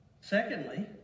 Secondly